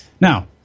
Now